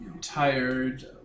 Tired